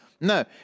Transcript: No